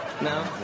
No